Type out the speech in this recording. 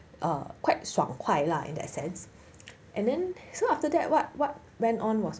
err quite 爽快 lah in that sense and then so after that what what went on was